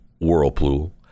Whirlpool